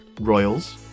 royals